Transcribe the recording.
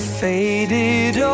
faded